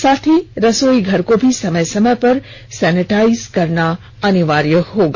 साथ ही रसोई घर को भी समय समय पर सेनिटाइज करना अनिवार्य होगा